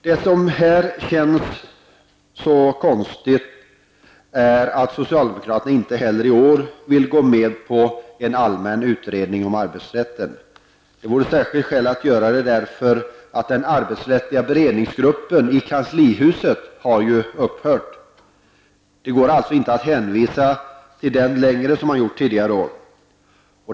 Det som här känns så konstigt är att socialdemokraterna inte heller i år vill gå med på en allmän utredning om arbetsrätten. Det vore särskilt skäl att göra det eftersom den arbetsrättsliga beredningsgruppen i kanslihuset har upphört. Det går alltså inte längre att, såsom man tidigare år gjort, hänvisa till denna.